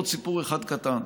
עוד סיפור אחד קטן.